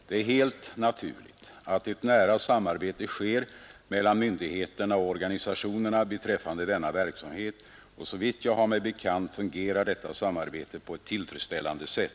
Det är helt naturligt att ett nära samarbete sker mellan myndigheterna och organisationerna beträffande denna verksamhet, och såvitt jag har mig bekant fungerar detta samarbete på ett tillfredsställande sätt.